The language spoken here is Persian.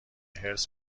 حرص